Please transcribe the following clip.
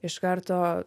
iš karto